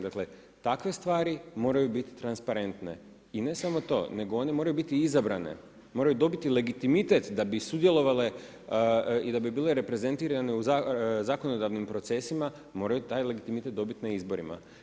Dakle takve stvari moraju biti transparentne i ne samo to nego one moraju biti izabrane, moraju dobiti legitimitet da bi sudjelovale i da bi bile reprezentirane u zakonodavnim procesima moraju taj legitimitet dobiti na izborima.